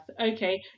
Okay